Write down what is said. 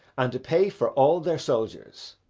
and pay for all their soldiers.